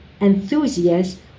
enthusiasts